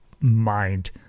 mind